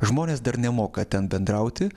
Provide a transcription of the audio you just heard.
žmonės dar nemoka ten bendrauti